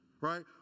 Right